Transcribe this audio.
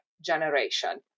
generation